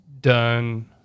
done